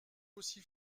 aussi